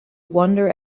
wander